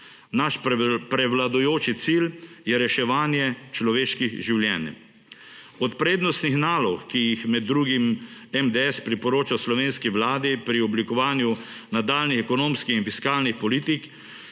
Naš prevladujoči cilj je reševanje človeških življenj. Od prednostnih nalog, ki jih med drugim MDS priporoča slovenski vladi pri oblikovanju nadaljnjih ekonomskih in fiskalnih politik,